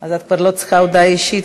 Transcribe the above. אז את כבר לא צריכה הודעה אישית,